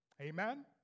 Amen